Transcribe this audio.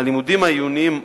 הלימודים העיוניים